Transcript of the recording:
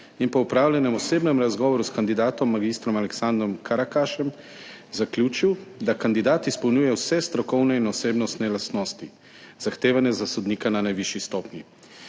in po opravljenem osebnem razgovoru s kandidatom mag. Aleksandrom Karakašem zaključil, da kandidat izpolnjuje vse strokovne in osebnostne lastnosti, zahtevane za sodnika na najvišji stopnji.